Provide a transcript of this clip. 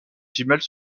jumelles